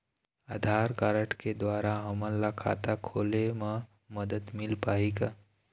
आधार card के द्वारा हमन ला खाता खोले म मदद मिल पाही का?